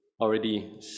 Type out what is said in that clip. already